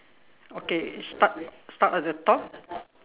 okay start start at the top